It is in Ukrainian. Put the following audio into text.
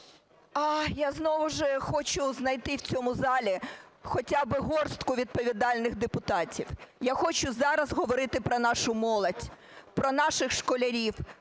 Я знову ж хочу знайти в цьому залі хоча би горстку відповідальних депутатів. Я хочу зараз говорити про нашу молодь, про наших школярів,